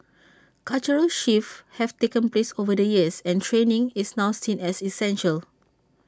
cultural shifts have taken place over the years and training is now seen as essential